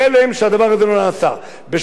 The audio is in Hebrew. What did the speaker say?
בשונה מהצעתו של חבר הכנסת ביבי,